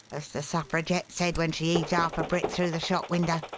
as the suffragette said when she heaved arf a brick through the shop window.